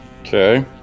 Okay